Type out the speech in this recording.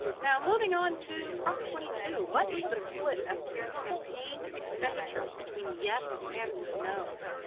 now moving on to prop twenty two. what is the split as to campaign expenditures between yes and no?